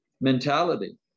mentality